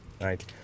right